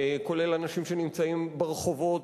כולל אנשים שנמצאים ברחובות,